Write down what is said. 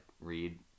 read